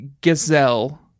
Gazelle